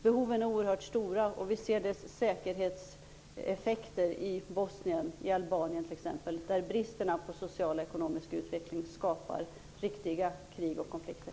Behoven är oerhört stora, och vi ser dess säkerhetseffekter i Bosnien och Albanien, där bristerna på social och ekonomisk utveckling skapar krig och konflikter.